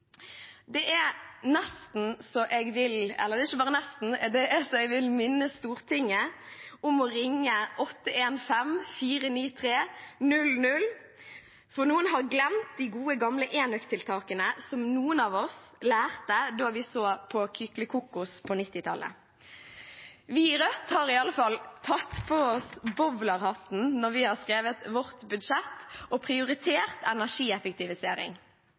Det er nesten så jeg vil – eller det er ikke bare nesten, det er så jeg vil minne Stortinget om å ringe 815 493 00, for noen har glemt de gode, gamle enøktiltakene noen av oss lærte da vi så på Kykelikokos på 1990-tallet. Vi i Rødt har i alle fall tatt oss på bowlerhatten når vi har skrevet vårt budsjett og prioritert energieffektivisering.